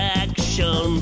action